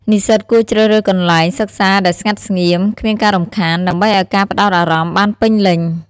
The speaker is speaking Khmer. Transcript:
និស្សិតគួរជ្រើសរើសកន្លែងសិក្សាដែលស្ងាត់ស្ងៀម គ្មានការរំខាន ដើម្បីឲ្យការផ្ដោតអារម្មណ៍បានពេញលេញ។